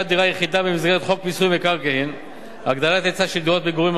דירה יחידה במסגרת חוק מיסוי מקרקעין (הגדלת ההיצע של דירות מגורים,